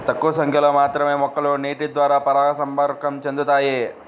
తక్కువ సంఖ్యలో మాత్రమే మొక్కలు నీటిద్వారా పరాగసంపర్కం చెందుతాయి